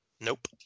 Nope